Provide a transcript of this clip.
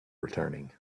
returning